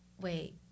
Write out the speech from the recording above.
wait